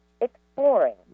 exploring